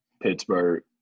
Pittsburgh